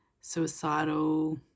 suicidal